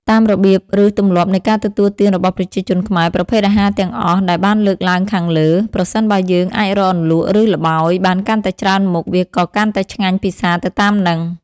តាមរបៀបឬទម្លាប់នៃការទទួលទានរបស់ប្រជាជនខ្មែរ ប្រភេទអាហារទាំងអស់ដែលបានលើកឡើងខាងលើ ប្រសិនបើយើងអាចរកអន្លក់ ឬល្បោយបានកាន់តែច្រើមុខ វាក៏កាន់តែឆ្ងាញ់ពិសាទៅតាមហ្នឹង។